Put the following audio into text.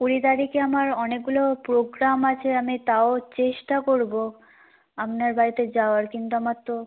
কুড়ি তারিখে আমার অনেকগুলো প্রোগ্রাম আছে আমি তাও চেষ্টা করব আপনার বাড়িতে যাওয়ার কিন্তু আমার তো